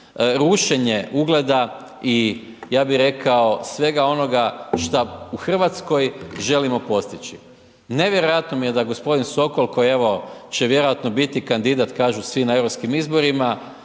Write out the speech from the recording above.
rušenje ugleda i ja bi rekao svega onoga šta u Hrvatskoj želimo postići. Nevjerojatno mi je da gospodin Sokol, koji evo će vjerojatno biti kandidat kažu svi na europskim izborima,